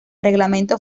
reglamento